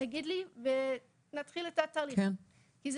תגידי לי ואנחנו נתחיל את התהליך.." כי זה